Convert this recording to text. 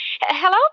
hello